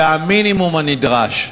זה המינימום הנדרש.